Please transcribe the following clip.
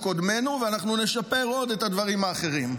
קודמינו ואנחנו נשפר עוד את הדברים האחרים.